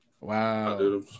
Wow